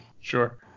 sure